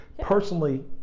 personally